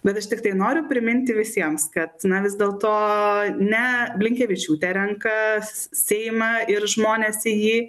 bet aš tiktai noriu priminti visiems kad na vis dėlto ne blinkevičiūtė renka seimą ir žmones į jį